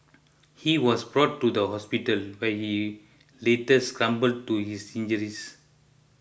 he was brought to the hospital where he later succumbed to his injuries